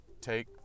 take